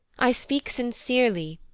i speak sincerely,